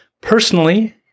personally